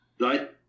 right